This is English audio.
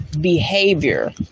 behavior